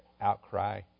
outcry